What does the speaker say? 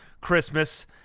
Christmas